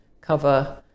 cover